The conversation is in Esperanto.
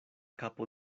kapo